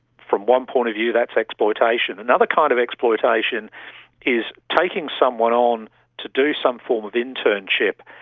from one point of view that's exploitation. another kind of exploitation is taking someone on to do some form of internship,